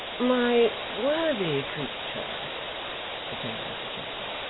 my worthy creature returned mr chester,